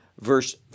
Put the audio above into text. Verse